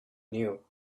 knew